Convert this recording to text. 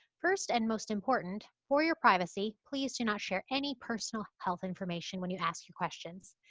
first and most important, for your privacy, please do not share any personal health information when you ask your questions.